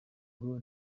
ngo